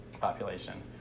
population